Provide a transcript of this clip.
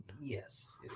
Yes